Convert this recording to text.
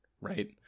right